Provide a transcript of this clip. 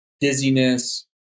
dizziness